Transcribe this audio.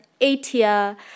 eight-year